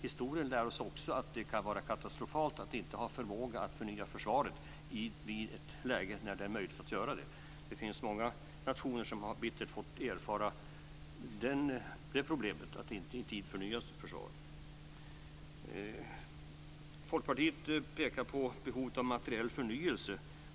Historien lär oss också att det kan vara katastrofalt att inte ha förmåga att förnya försvaret i ett läge när det är möjligt att göra det. Det finns många nationer som bittert har fått erfara problemet med att inte i tid förnya sitt försvar. Folkpartiet pekar på behovet av materiell förnyelse.